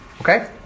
Okay